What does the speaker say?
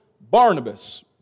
Barnabas